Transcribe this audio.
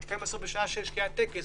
יהיה בשעה 18:00 טקס